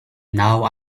now